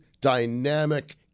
dynamic